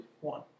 One